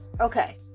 okay